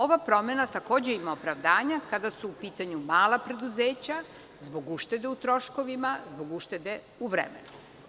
Ova promena takođe ima opravdanja kada su u pitanju mala preduzeća zbog uštede u troškovima zbog uštede u vremenu.